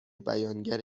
بیانگر